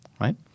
right